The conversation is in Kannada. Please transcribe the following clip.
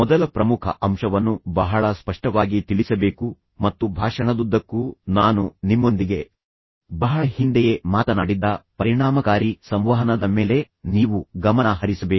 ಮೊದಲ ಪ್ರಮುಖ ಅಂಶವನ್ನು ಬಹಳ ಸ್ಪಷ್ಟವಾಗಿ ತಿಳಿಸಬೇಕು ಮತ್ತು ಭಾಷಣದುದ್ದಕ್ಕೂ ನಾನು ನಿಮ್ಮೊಂದಿಗೆ ಬಹಳ ಹಿಂದೆಯೇ ಮಾತನಾಡಿದ್ದ ಪರಿಣಾಮಕಾರಿ ಸಂವಹನದ ಮೇಲೆ ನೀವು ಗಮನ ಹರಿಸಬೇಕು